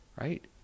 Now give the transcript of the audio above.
Right